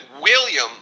William